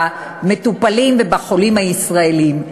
במטופלים ובחולים הישראלים.